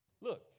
Look